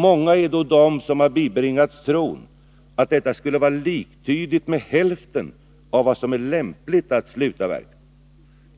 Många är då de som bibringats tron att detta skulle vara liktydigt med hälften av vad som är lämpligt att slutavverka.